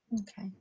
okay